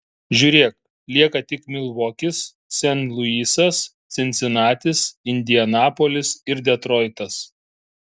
žiūrėk lieka tik milvokis sent luisas cincinatis indianapolis ir detroitas